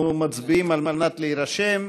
כרגיל, אנחנו מצביעים כדי להירשם.